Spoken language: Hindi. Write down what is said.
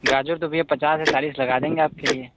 गाजर तो भैया पचास और चालीस लगा देंगे आपके लिए